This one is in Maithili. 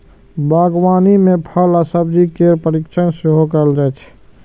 बागवानी मे फल आ सब्जी केर परीरक्षण सेहो कैल जाइ छै